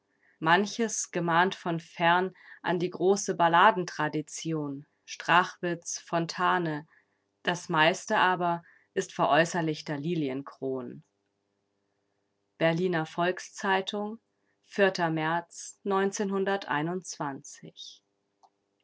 manches gemahnt von fern an die große balladentradition strachwitz fontane das meiste aber ist veräußerlichter liliencron berliner volks-zeitung märz